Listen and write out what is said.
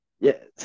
Yes